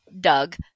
Doug